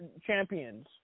champions